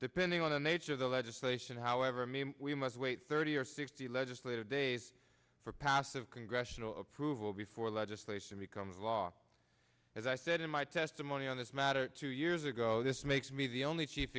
depending on the nature of the legislation however mean we must wait thirty or sixty legislative days for passive congressional approval before legislation becomes law as i said in my testimony on this matter two years ago this makes me the only chief